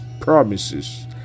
promises